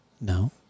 No